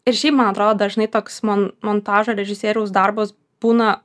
ir šiaip man atrodo dažnai toks mon montažo režisieriaus darbas būna